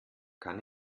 kann